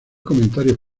comentarios